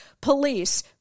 Police